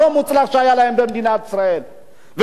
אנחנו, כמדינה,